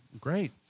great